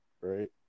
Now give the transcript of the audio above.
right